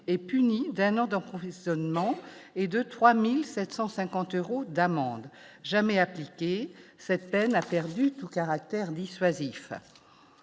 est puni d'un an de retrouver zone nom et de 3750 euros d'amende jamais appliquée cette peine a perdu tout caractère dissuasif,